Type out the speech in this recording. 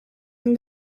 and